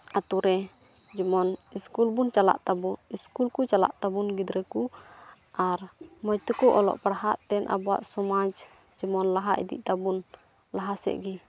ᱟᱹᱛᱩ ᱨᱮ ᱡᱮᱢᱚᱱ ᱥᱠᱩᱞ ᱵᱚᱱ ᱪᱟᱞᱟᱜ ᱛᱟᱵᱚ ᱥᱠᱩᱞ ᱠᱚ ᱪᱟᱞᱟᱜ ᱛᱟᱵᱚᱱ ᱜᱤᱫᱽᱨᱟᱹ ᱠᱚ ᱟᱨ ᱢᱚᱡᱽ ᱛᱮᱠᱚ ᱚᱞᱚᱜ ᱯᱟᱲᱦᱟᱜ ᱛᱮ ᱟᱵᱚᱣᱟᱜ ᱥᱚᱢᱟᱡᱽ ᱡᱮᱢᱚᱱ ᱞᱟᱦᱟ ᱤᱫᱤᱜ ᱛᱟᱵᱚᱱ ᱞᱟᱦᱟ ᱥᱮᱫ ᱜᱮ